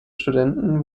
studenten